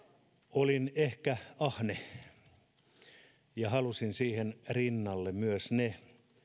olin ehkä ahne ja halusin siihen rinnalle myös ne